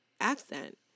accent